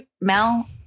Mel